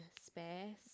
space